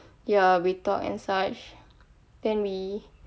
ya we talk and such then we